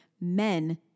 Men